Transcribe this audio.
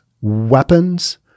weapons